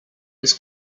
was